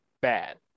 bad